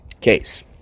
case